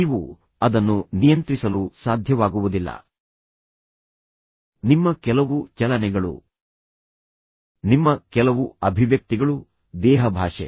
ನೀವು ಅದನ್ನು ನಿಯಂತ್ರಿಸಲು ಸಾಧ್ಯವಾಗುವುದಿಲ್ಲ ನಿಮ್ಮ ಕೆಲವು ಚಲನೆಗಳು ನಿಮ್ಮ ಕೆಲವು ಅಭಿವ್ಯಕ್ತಿಗಳು ದೇಹಭಾಷೆ